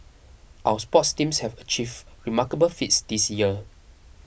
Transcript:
our sports teams have achieved remarkable feats this year